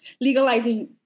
legalizing